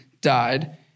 died